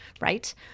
right